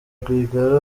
rwigara